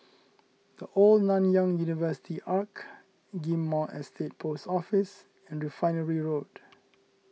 the Old Nanyang University Arch Ghim Moh Estate Post Office and Refinery Road